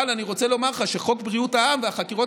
אבל אני רוצה לומר לך שחוק בריאות העם והחקירות